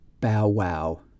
bow-wow